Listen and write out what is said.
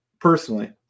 personally